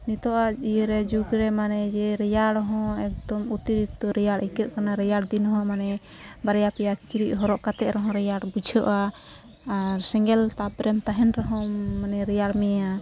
ᱱᱤᱛᱚᱜᱼᱟᱜ ᱤᱭᱟᱹᱨᱮ ᱡᱩᱜᱽᱨᱮ ᱢᱟᱱᱮ ᱡᱮ ᱨᱮᱭᱟᱲᱦᱚᱸ ᱮᱠᱫᱚᱢ ᱚᱛᱤᱨᱤᱠᱛᱚ ᱨᱮᱭᱟᱲ ᱟᱹᱭᱠᱟᱹᱜ ᱠᱟᱱᱟ ᱨᱮᱭᱟᱲᱫᱤᱱᱦᱚᱸ ᱢᱟᱱᱮ ᱵᱟᱨᱭᱟᱼᱯᱮᱭᱟ ᱠᱤᱪᱨᱤᱡ ᱦᱚᱨᱚᱜ ᱠᱟᱛᱮᱫ ᱨᱮᱦᱚᱸ ᱨᱮᱭᱟᱲ ᱵᱩᱡᱷᱟᱹᱜᱼᱟ ᱟᱨ ᱥᱮᱸᱜᱮᱞ ᱛᱟᱯᱨᱮᱢ ᱛᱟᱦᱮᱱ ᱨᱮᱦᱚᱸ ᱢᱟᱱᱮ ᱨᱮᱭᱟᱲᱢᱮᱭᱟ